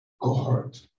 God